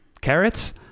carrots